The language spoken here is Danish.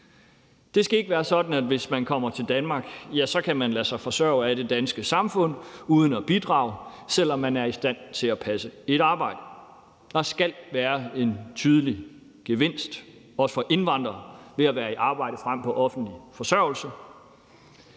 Det skal ikke være sådan, at hvis man kommer til Danmark, så kan man lade sig forsørge af det danske samfund uden at bidrage, selv om man er i stand til at passe et arbejde. Der skal være en tydelig gevinst, også for indvandrere, ved at være i arbejde frem for på offentlig forsørgelse.